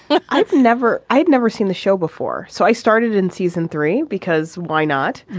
but i've never i'd never seen the show before. so i started in season three because. why not?